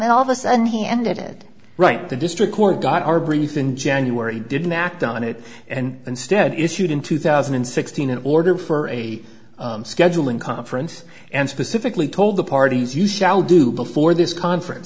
then all of us and he ended it right the district court got our brief in january didn't act on it and instead issued in two thousand and sixteen in order for a scheduling conference and specifically told the parties you shall do before this conference